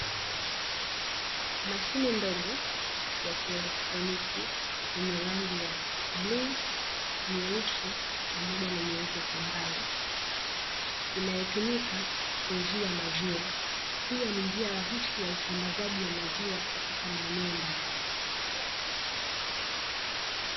Mashine ndogo ya kielektroniki yenye rangi ya bluu, nyeusi, pamoja na nyeupe kwa mbali, inayotumika kuuzia maziwa; pia ni njia rahisi ya usambazaji wa maziwa katika maeneo mbalimbali.